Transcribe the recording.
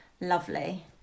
lovely